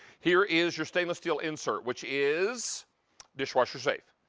here is your stainless steel insert which is dishwasher safe.